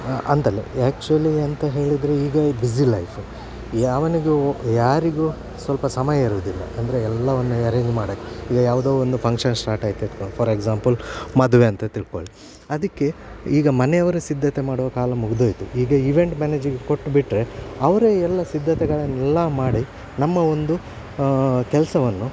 ಅಂತಲ್ಲೆ actually ಎಂಥ ಹೇಳಿದರೆ ಈಗ ಬಿಝಿ ಲೈಫ್ ಯಾವನಿಗೂ ಯಾರಿಗೂ ಸ್ವಲ್ಪ ಸಮಯ ಇರೋದಿಲ್ಲ ಅಂದರೆ ಎಲ್ಲ ಒಂದು ಎರೇಂಜ್ ಮಾಡೋಕ್ಕೆ ಈಗ ಯಾವುದೋ ಒಂದು ಫಂಕ್ಷನ್ ಸ್ಟಾಟ್ ಆಯಿತು ಇಟ್ಕೊ ಫಾರ್ ಎಕ್ಸಾಂಪಲ್ ಮದುವೆ ಅಂತ ತಿಳ್ಕೊಳ್ಳಿ ಅದಕ್ಕೆ ಈಗ ಮನೆಯವರು ಸಿದ್ಧತೆ ಮಾಡೋ ಕಾಲ ಮುಗಿದೋಯ್ತು ಈಗ ಈವೆಂಟ್ ಮ್ಯಾನೇಜಿಗೆ ಕೊಟ್ಟು ಬಿಟ್ಟರೆ ಅವರೆ ಎಲ್ಲ ಸಿದ್ಧತೆಗಳನ್ನೆಲ್ಲ ಮಾಡಿ ನಮ್ಮ ಒಂದು ಕೆಲಸವನ್ನು